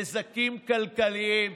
נזקים כלכליים.